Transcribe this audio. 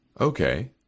Okay